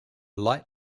light